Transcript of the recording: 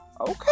Okay